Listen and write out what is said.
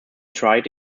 tried